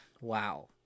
Wow